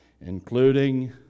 including